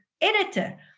editor